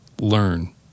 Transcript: Learn